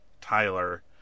Tyler